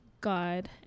God